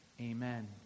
Amen